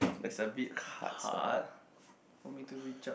is a bit hard for me to reach out